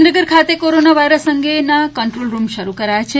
ગાંધીનગર ખાતે corona virus અંગેના control room શરૂ કરાયા છે